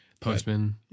Postman